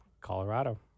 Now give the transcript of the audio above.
Colorado